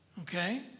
Okay